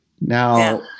Now